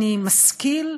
אני משכיל,